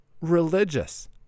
religious